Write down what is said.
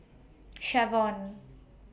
Shavon